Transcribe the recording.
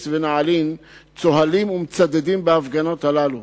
ונעלין צוהלים ומצדדים בהפגנות הללו.